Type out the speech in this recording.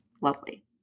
Lovely